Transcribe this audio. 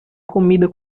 comida